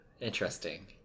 interesting